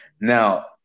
now